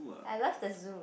I love the zoo